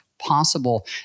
possible